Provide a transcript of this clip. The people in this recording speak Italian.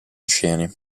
oceani